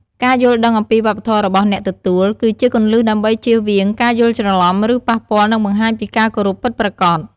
ការយល់ដឹងអំពីវប្បធម៌របស់អ្នកទទួល គឺជាគន្លឹះដើម្បីជៀសវាងការយល់ច្រឡំ ឬប៉ះពាល់ និងបង្ហាញពីការគោរពពិតប្រាកដ។